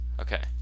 Okay